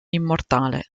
immortale